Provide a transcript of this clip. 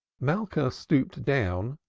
malka stooped down,